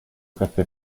caffè